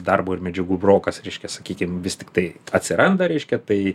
darbo ir medžiagų brokas reiškia sakykim vis tiktai atsiranda reiškia tai